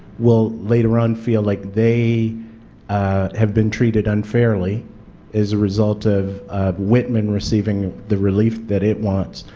will later on feel like they have been treated unfairly as a result of whitman receiving the relief that it wants,